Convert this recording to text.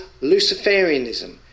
Luciferianism